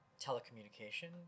telecommunication